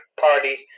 Party